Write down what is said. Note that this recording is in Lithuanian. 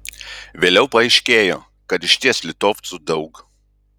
vėliau paaiškėjo kad išties litovcų daug